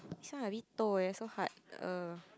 this one a bit toh eh so hard err